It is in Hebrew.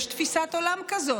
יש תפיסת עולם כזאת,